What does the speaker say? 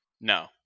No